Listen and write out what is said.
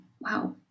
wow